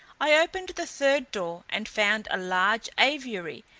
i opened the third door, and found a large aviary,